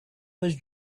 was